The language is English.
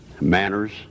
manners